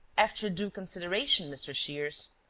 after due consideration, mr. shears,